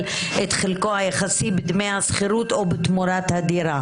את חלקו היחסי בדמי השכירות או בתמורת הדירה",